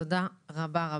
תודה רבה.